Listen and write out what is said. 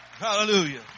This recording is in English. Hallelujah